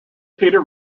peter